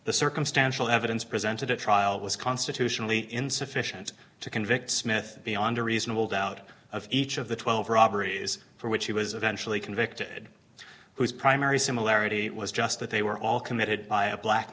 the circumstantial evidence presented at trial was constitutionally insufficient to convict smith beyond a reasonable doubt of each of the twelve robberies for which he was eventually convicted whose primary similarity was just that they were all committed by a black